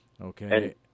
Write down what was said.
Okay